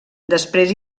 després